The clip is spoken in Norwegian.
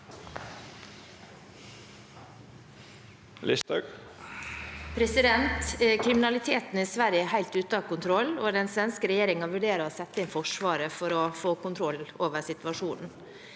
Kriminaliteten i Sverige er helt ute av kontroll, og den svenske regjeringen vurderer å sette inn forsvaret for å få kontroll på situasjonen.